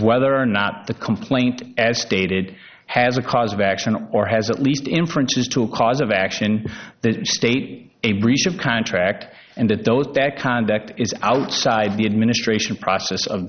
whether or not the complaint as stated has a cause of action or has at least inference is to a cause of action the state a breach of contract and that those that conduct is outside the administration process of